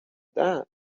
that